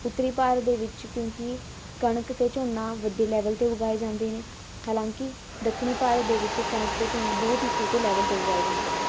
ਉੱਤਰੀ ਭਾਰਤ ਦੇ ਵਿੱਚ ਕਿਉਂਕਿ ਕਣਕ ਅਤੇ ਝੋਨਾ ਵੱਡੇ ਲੈਵਲ 'ਤੇ ਉਗਾਏ ਜਾਂਦੇ ਨੇ ਹਾਲਾਂਕਿ ਦੱਖਣੀ ਭਾਰਤ ਦੇ ਵਿੱਚ ਕਣਕ ਅਤੇ ਝੋਨਾ ਬਹੁਤ ਹੀ ਛੋਟੇ ਲੈਵਲ 'ਤੇ ਉਗਾਏ ਜਾਂਦੇ ਹਨ